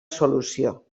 solució